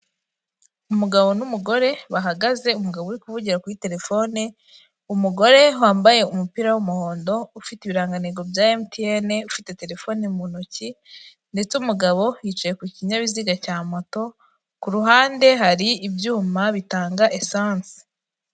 Umugabo n'umugore bahagaze umugabo uri kuvugira kuri terefone, umugore wambaye umupira w'umuhondo ufite ibirangantego bya emutiyeni ufite telefone mu ntoki, ndetse umugabo yicaye ku kinyabiziga cya moto ku ruhande hari ibyuma bitanga esansi.